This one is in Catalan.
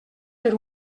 per